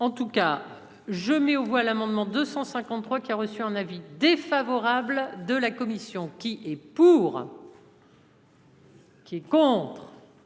En tout cas je mets aux voix l'amendement 253 qui a reçu un avis défavorable de la commission. Qui est pour. Qui est contre.